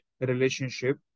relationship